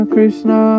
Krishna